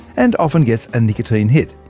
and often gets a nicotine hit.